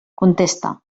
contesta